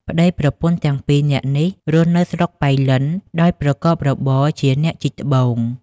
ប្ដីប្រពន្ធទាំងពីរនាក់នេះ រស់នៅស្រុកប៉ៃលិនដោយប្រកបរបរជាអ្នកជីកត្បូង។